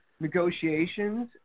negotiations